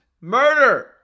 murder